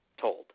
told